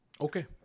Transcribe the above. Okay